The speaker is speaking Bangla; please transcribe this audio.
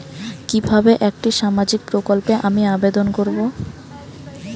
কিভাবে একটি সামাজিক প্রকল্পে আমি আবেদন করব?